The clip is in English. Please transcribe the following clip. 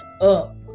up